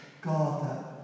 God